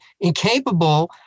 incapable